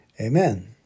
Amen